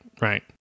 Right